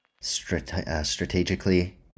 strategically